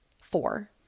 Four